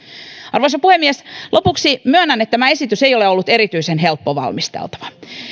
arvoisa puhemies lopuksi myönnän että tämä esitys ei ole ollut erityisen helppo valmisteltava